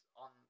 on